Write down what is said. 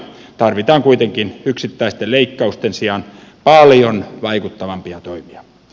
tarvitaan kuitenkin yksittäisten leikkausten sijaan paljon vaikuttavampia toimia